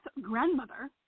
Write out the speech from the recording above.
grandmother